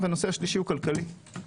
הנושא השלישי הוא כלכלי.